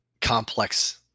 complex